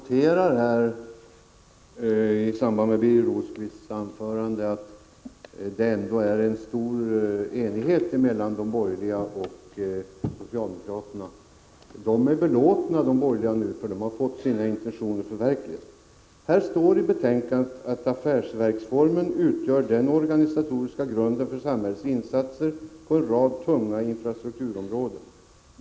Herr talman! Jag noterar i samband med Birger Rosqvists anförande att det råder en stor enighet mellan de borgerliga och socialdemokraterna. De borgerliga är belåtna nu, för de har fått sina intentioner förverkligade. Det står i betänkandet: ”Affärsverksformen utgör den organisatoriska grunden för samhällets insatser på en rad tunga infrastrukturområden.